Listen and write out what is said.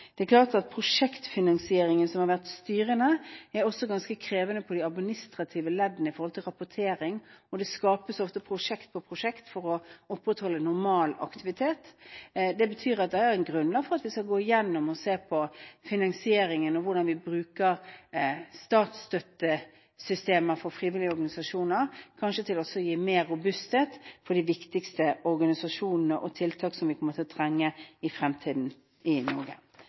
er klart at prosjektfinansieringen som har vært styrende, er også ganske krevende i de administrative leddene hva gjelder rapportering. Det skapes ofte prosjekt etter prosjekt for å opprettholde normal aktivitet. Det betyr at det er grunnlag for å se på finansieringen og hvordan vi bruker statsstøttesystemer for frivillige organisasjoner – kanskje også å gi mer robusthet til de viktigste organisasjonene og fremme tiltak som de måtte trenge i fremtiden i Norge.